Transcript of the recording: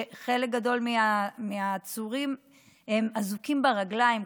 חלק גדול מהעצורים אזוקים ברגליים,